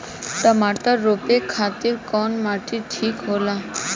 टमाटर रोपे खातीर कउन माटी ठीक होला?